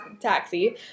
taxi